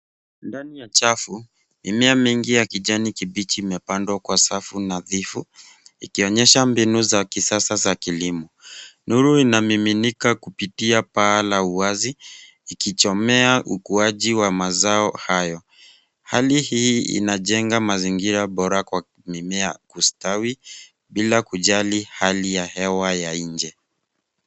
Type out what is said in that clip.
Ndani ya chafu, mimea mengi ya kijani kibichi imepandwa kwa safu nadhifu, ikionyesha mbinu za kisasa za kilimo. Nuru inamiminika kupitia paa la wazi, ikichomea ukuaji wa mazao hayo. Hali hii inajenga mazingira bora kwa mimea kustawi, bila kujali hali ya hewa ya nje.